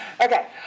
Okay